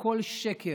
הכול שקר,